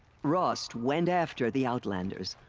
rost went after the outlanders.